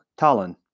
Tallinn